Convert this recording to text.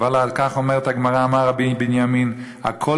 אבל על כך אומרת הגמרא: אמר רבי בנימין: הכול